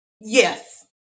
yes